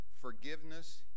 forgiveness